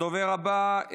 הדוברת הבא,